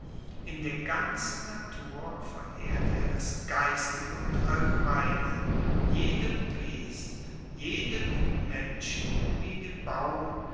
in der ganzen natur verehrt er das geistige und allgemeine jedem wesen dem menschen wie dem baum